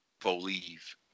believe